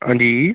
आं जी